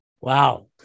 Wow